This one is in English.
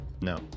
No